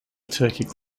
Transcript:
turkic